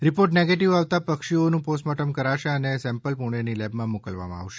report negative આવતા પક્ષીઓનું postmortem કરાશે અને સેમ્પલ પુણેની લેબમાં મોકલવામાં આવશે